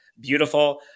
Beautiful